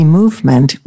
movement